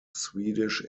swedish